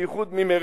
בייחוד ממרצ,